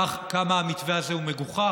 כך, כמה המתווה הזה הוא מגוחך?